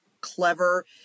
clever